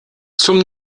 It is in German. zum